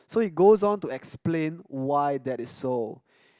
so it goes on to explain why that is so